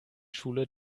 schule